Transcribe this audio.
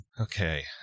Okay